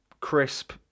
crisp